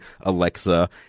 Alexa